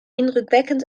indrukwekkend